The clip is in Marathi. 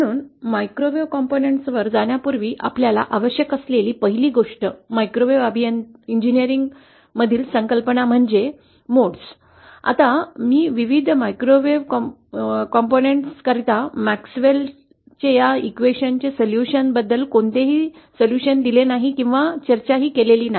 म्हणून मायक्रोवेव्ह घटक वर जाण्यापूर्वी आपल्याला आवश्यक असलेली पहिली गोष्ट मायक्रोवेव्ह अभियांत्रिकी मधील संकल्पना म्हणजे मोड्स mode आता मी विविध मायक्रोवेव्ह घटककांकरितां मॅक्सवेल च्या समीकरणा च्या समाधानाबद्दल कोणतेही समाधान दिले नाही किंवा चर्चा केलेली नाही